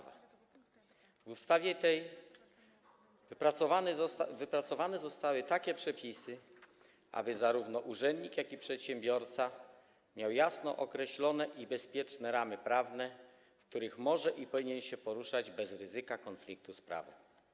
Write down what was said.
W tej ustawie wypracowane zostały takie przepisy, aby zarówno urzędnik, jak i przedsiębiorca mieli jasno określone i bezpieczne ramy prawne, w których mogą i powinni się poruszać bez ryzyka konfliktu z prawem.